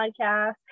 podcast